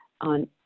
on